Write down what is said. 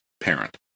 parent